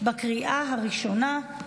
בקריאה הראשונה.